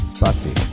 Bussy